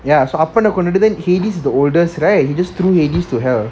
ya அப்ப நா கொஞ்சம் எடுத்தன்:appa na konjam eduthan hades is the oldest right he just threw hades to hell